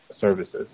services